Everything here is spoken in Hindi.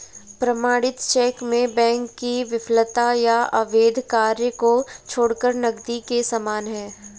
प्रमाणित चेक में बैंक की विफलता या अवैध कार्य को छोड़कर नकदी के समान है